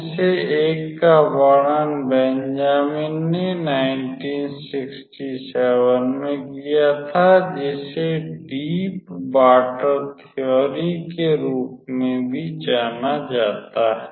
दो में से एक का वर्णन बेंजामिन ने 1967 में किया था जिसे डीप वॉटर थेओरी के रूप में भी जाना जाता है